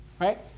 Right